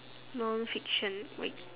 nonfiction